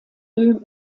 deux